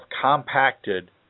compacted